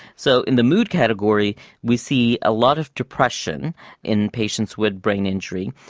so in the mood category we see a lot of depression in patients with brain injury,